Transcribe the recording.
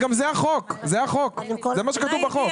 זה מה שכתוב בחוק.